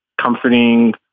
comforting